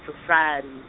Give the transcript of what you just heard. society